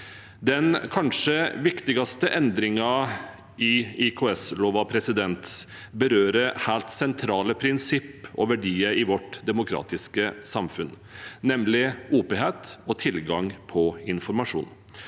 Den kanskje viktigste endringen i IKS-loven berører helt sentrale prinsipp og verdier i vårt demokratiske samfunn, nemlig åpenhet og tilgang på informasjon.